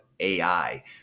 AI